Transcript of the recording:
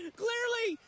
clearly